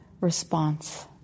response